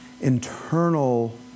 internal